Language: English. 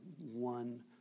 One